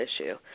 issue